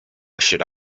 should